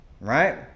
Right